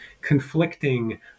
conflicting